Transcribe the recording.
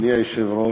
אדוני היושב-ראש,